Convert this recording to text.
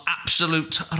Absolute